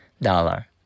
dollar